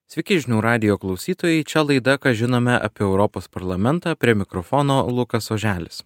sveiki žinių radijo klausytojai čia laida ką žinome apie europos parlamentą prie mikrofono lukas oželis